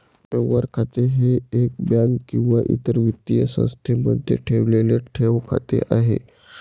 व्यवहार खाते हे बँक किंवा इतर वित्तीय संस्थेमध्ये ठेवलेले ठेव खाते आहे